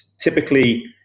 typically